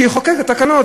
שיחוקק את התקנות.